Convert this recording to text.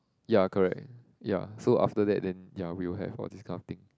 ya correct ya so after that then ya we will have for this kind of thing